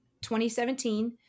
2017